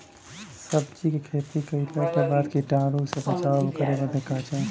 सब्जी के खेती कइला के बाद कीटाणु से बचाव करे बदे का करे के चाही?